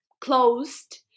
closed